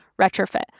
retrofit